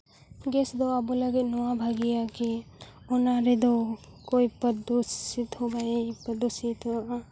gas ᱫᱚ ᱟᱵᱚ ᱞᱟᱹᱜᱤᱫ ᱱᱚᱣᱟ ᱵᱷᱟᱹᱜᱤᱭᱟ ᱠᱤ ᱚᱱᱟ ᱨᱮᱫᱚ ᱠᱳᱭᱯᱚᱫᱚᱥᱤᱛ ᱦᱚᱸ ᱵᱟᱭ ᱯᱚᱫᱚᱥᱤᱛᱚᱜᱼᱟ